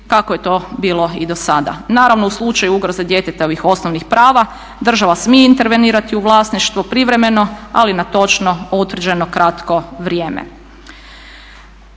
kako je to bilo i do sada. Naravno u slučaju ugroze djetetovih osnovnih prava država smije intervenirati u vlasništvo privremeno, ali na točno utvrđeno kratko vrijeme.